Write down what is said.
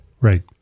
Right